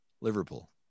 Liverpool